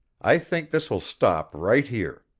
i think this will stop right here.